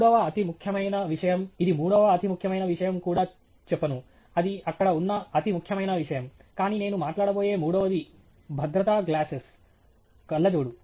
మూడవ అతి ముఖ్యమైన విషయం ఇది మూడవ అతి ముఖ్యమైన విషయం కూడా చెప్పను అది అక్కడ ఉన్న అతి ముఖ్యమైన విషయం కానీ నేను మాట్లాడబోయే మూడవది భద్రతా గ్లాసెస్ కళ్ళ జోడు